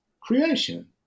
creation